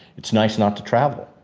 it's nice not to travel.